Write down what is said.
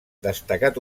destacat